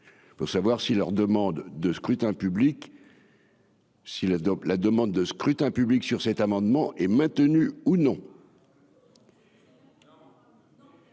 Si la dope la demande de scrutin public sur cet amendement est maintenu ou non.